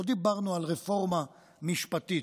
לא דיברנו על רפורמה משפטית,